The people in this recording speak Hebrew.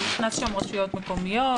נכנסות שם רשויות מקומיות וכל מיני.